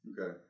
Okay